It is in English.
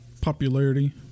popularity